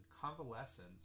convalescence